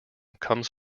comes